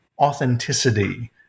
authenticity